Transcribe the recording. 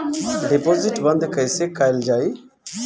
Deposit बंद कैसे कैल जाइ?